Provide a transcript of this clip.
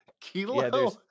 kilo